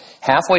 Halfway